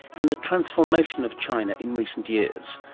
and the transformation of china in recent years.